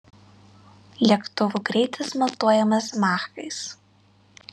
lėktuvų greitis matuojamas machais